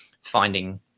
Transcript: finding